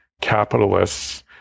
capitalists